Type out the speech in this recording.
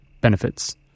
benefits